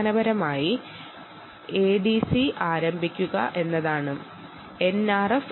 ആദ്യ പടിയായി എഡിസി യെക്കുറിച്ച് നോക്കാം